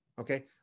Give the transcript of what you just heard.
Okay